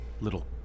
Little